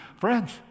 Friends